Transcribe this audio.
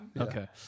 Okay